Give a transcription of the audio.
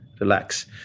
relax